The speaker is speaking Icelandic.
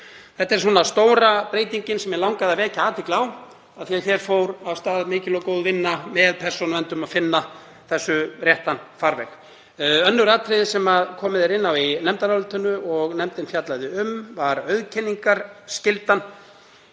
Þetta er stóra breytingin sem mig langaði til að vekja athygli á því að hér fór af stað mikil og góð vinna með Persónuvernd um að finna þessu réttan farveg. Annað atriði sem komið er inn á í nefndarálitinu og nefndin fjallaði um var auðkenningarskyldan.